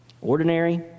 Ordinary